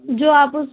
جو آپ